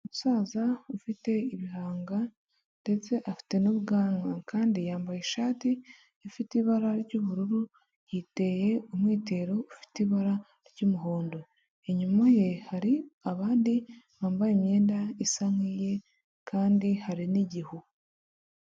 Umusaza ufite ibihanga ndetse afite n'ubwanwa kandi yambaye ishati ifite ibara ry'ubururu yiteye umwitero ufite ibara ry'umuhondo, inyuma ye hari abandi bambaye imyenda isa nkiye kandi hari n'igihu.